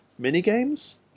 minigames